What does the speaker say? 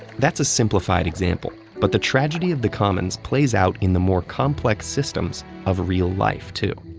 that's a simplified example, but the tragedy of the commons plays out in the more complex systems of real life, too.